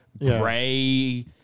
gray